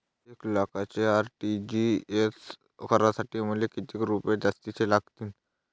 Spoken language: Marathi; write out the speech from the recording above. एक लाखाचे आर.टी.जी.एस करासाठी मले कितीक रुपये जास्तीचे लागतीनं?